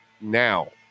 now